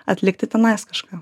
atlikti tenais kažką